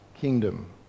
kingdom